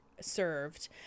served